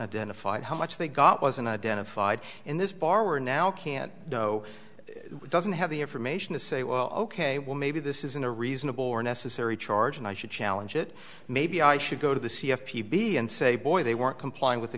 identified how much they got wasn't identified in this bar were now can't know doesn't have the information to say well ok well maybe this isn't a reasonable or necessary charge and i should challenge it maybe i should go to the c f p b and say boy they weren't complying with the